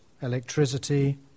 electricity